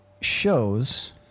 shows